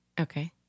Okay